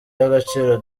y’agaciro